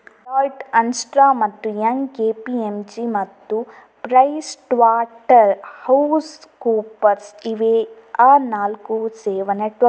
Deloitte, Ernst ಮತ್ತು Young, KPMG ಮತ್ತು PricewaterhouseCoopers ಇವೇ ಆ ನಾಲ್ಕು ಸೇವಾ ನೆಟ್ವರ್ಕ್ಕುಗಳು